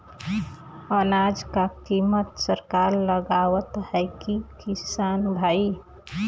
अनाज क कीमत सरकार लगावत हैं कि किसान भाई?